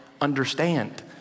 understand